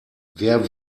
wer